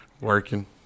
Working